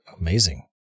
amazing